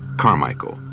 carmichael,